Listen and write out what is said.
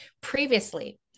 Previously